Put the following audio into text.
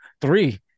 three